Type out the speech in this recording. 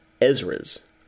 Ezra's